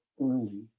early